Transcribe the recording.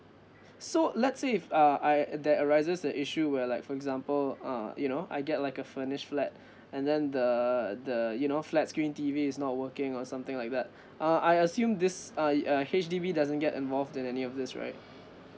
so let's say if uh I uh that arises the issue where like for example uh you know I get like a furnish flat and then the the you know flat screen T_V is not working or something like that uh I assume this uh uh H_D_B doesn't get involved in any of this right